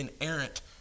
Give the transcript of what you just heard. inerrant